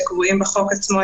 שקבועים בחוק עצמו,